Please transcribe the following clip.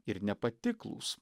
ir nepatiklūs